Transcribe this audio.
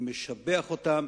אני משבח אותם,